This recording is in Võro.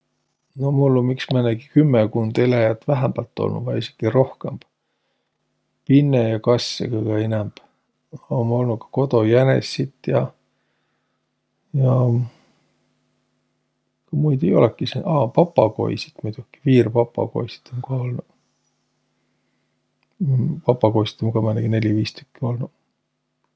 No mul um iks määnegi kümmekund eläjät vähämbält olnuq vai esiki rohkõmb. Pinne ja kassõ kõgõ inämb, a um olnuq ka kodojänessit ja, ja muid ei olõki sä-, aa, papagoisid muidoki, viirpapagoisit um ka olnuq. Papagoisit um ka määnegi neli-viis tükkü olnuq.